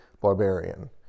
barbarian